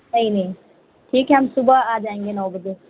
کوئی نہیں ٹھیک ہے ہم صبح آ جائیں گے نو بجے